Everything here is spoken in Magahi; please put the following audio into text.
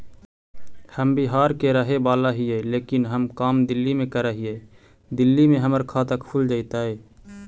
हम बिहार के रहेवाला हिय लेकिन हम काम दिल्ली में कर हिय, दिल्ली में हमर खाता खुल जैतै?